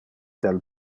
del